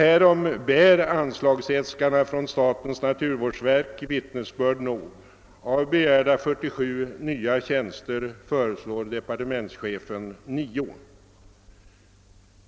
Härom bär anslagsäskandena från statens naturvårdsverk vittnesbörd nog; av begärda 47 nya tjänster föreslår departementschefen 9.